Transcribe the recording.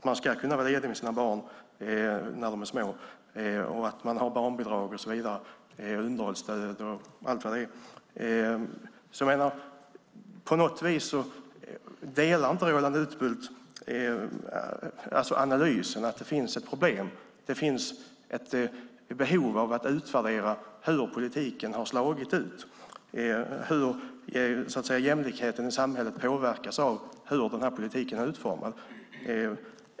Man ska kunna vara ledig med sina barn när de är små och få barnbidrag, underhållsstöd med mera. Delar inte Roland Utbult analysen att det finns ett problem och att det finns ett behov av att utvärdera hur politiken fallit ut och hur jämlikheten i samhället har påverkats av hur politiken är utformad?